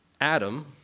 Adam